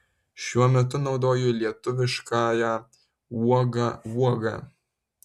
šiuo metu naudoju lietuviškąją uoga uoga